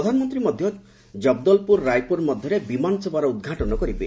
ପ୍ରଧାନମନ୍ତ୍ରୀ ମଧ୍ୟ ଜବଦଲପୁର ରାୟପୁର ମଧ୍ୟରେ ବିମାନ ସେବାର ଉଦ୍ଘାଟନ କରିବେ